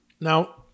Now